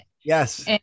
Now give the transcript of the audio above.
Yes